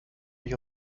mich